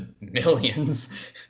millions